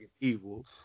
evil